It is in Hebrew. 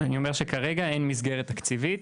אני אומר שכרגע אין מסגרת תקציבית,